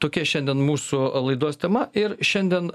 tokia šiandien mūsų laidos tema ir šiandien